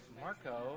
Marco